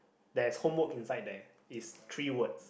there's homework inside there is three words